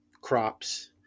crops